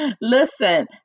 Listen